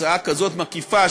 הצעה כזאת מקיפה,